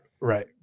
Right